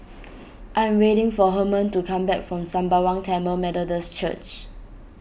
I am waiting for Herman to come back from Sembawang Tamil Methodist Church